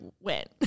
went